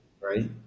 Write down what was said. right